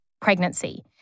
pregnancy